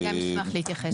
אני גם אשמח להתייחס.